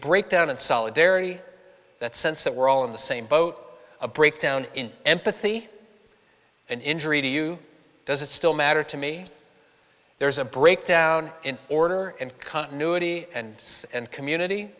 breakdown and solidarity that sense that we're all in the same boat a breakdown in empathy an injury to you does it still matter to me there's a breakdown in order and continuity and community